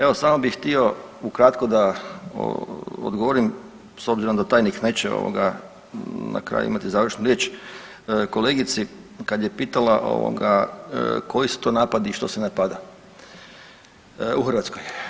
Evo samo bih htio ukratko da odgovorim s obzirom da tajnik neće na kraju imati završnu riječ kolegici kad je pitala koji su to napadi i što se napada u Hrvatskoj.